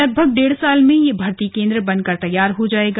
लगभग डेढ़ साल में यह भर्ती केन्द्र बनकर तैयार हो जायेगा